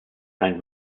ein